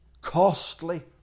costly